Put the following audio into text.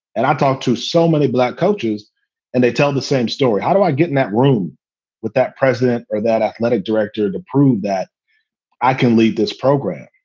and i talked to so many black coaches and they tell the same story. how do i get in that room with that president or that athletic director to prove that i can lead this program?